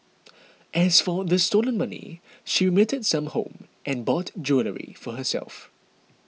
as for the stolen money she remitted some home and bought jewellery for herself